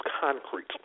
concrete